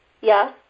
Yes